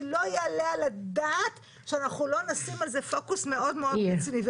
כי לא יעלה על הדעת שאנחנו לא נשים על זה פוקוס מאוד רציני.